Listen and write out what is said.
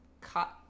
cut